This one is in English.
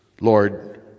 Lord